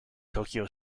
tokyo